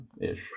ish